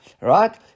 Right